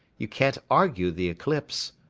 you can't argue the eclipse.